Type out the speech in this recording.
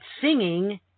singing